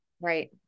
Right